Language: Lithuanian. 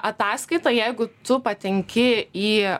ataskaitą jeigu tu patenki į